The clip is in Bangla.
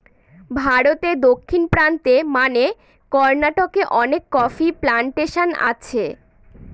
ভারতে দক্ষিণ প্রান্তে মানে কর্নাটকে অনেক কফি প্লানটেশন আছে